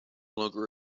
longer